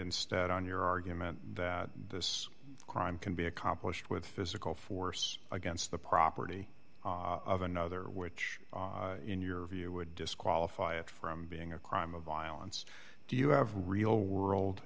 instead on your argument that this crime can be accomplished with physical force against the property of another which in your view would disqualify it from being a crime of violence do you have real world